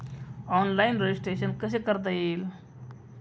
Online registration कसे करता येईल?